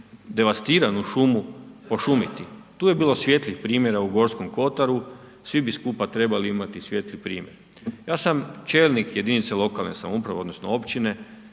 devastiranu šumu pošumiti. Tu je bilo svijetlih primjera u G. kotaru, svi bi skupa trebali imati svijetli primjer. Ja sam čelnik jedinice lokalne samouprave odnosno općine